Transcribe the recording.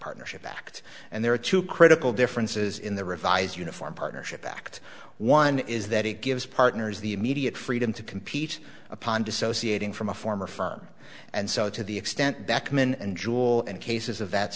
partnership act and there are two critical differences in the revised uniform partnership act one is that it gives partners the immediate freedom to compete upon dissociating from a former firm and so to the extent backman and jewel and cases of that